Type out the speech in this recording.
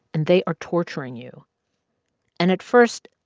and they are torturing you and at first,